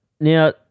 Now